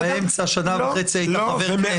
מה לעשות שבאמצע, שנה וחצי היית חבר כנסת.